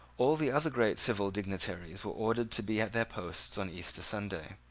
all the other great civil dignitaries were ordered to be at their posts on easter sunday.